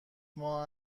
ماه